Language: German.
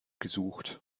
gesucht